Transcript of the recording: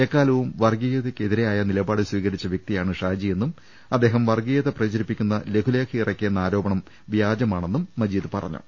എക്കാലവും വർഗീയതക്കെതിരായ നില പാട് സ്വീകരിച്ച വൃക്തിയാണ് ഷാജിയെന്നും അദ്ദേഹം വർഗീയത പ്രചരിപ്പി ക്കുന്ന ലഘുലേഖയിറക്കിയെന്ന ആരോപണം വ്യാജമാണെന്നും മജീദ് പറഞ്ഞു